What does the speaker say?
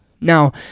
Now